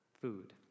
food